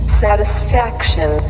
satisfaction